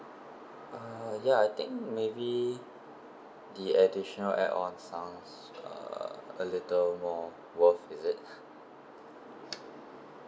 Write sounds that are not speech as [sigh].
uh ya I think maybe the additional add-ons sounds uh a little more worth is it [laughs]